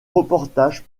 reportage